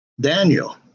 Daniel